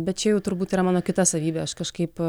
bet čia jau turbūt yra mano kita savybė aš kažkaip